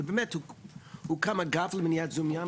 ובאמת הוקם האגף למניעת זיהום ים,